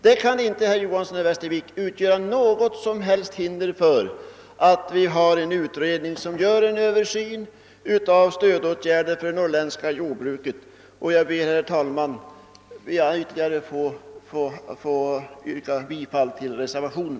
Det kan inte, herr Johanson i Västervik, utgöra något som helst hinder för utredningen att göra sin översyn av stödåtgärderna för det norrländska jordbruket. Jag ber, herr talman, att få vidhålla mitt yrkande om bifall till reservationen.